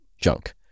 junk